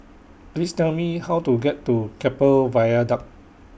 Please Tell Me How to get to Keppel Viaduct